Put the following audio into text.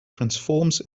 transforms